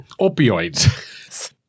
opioids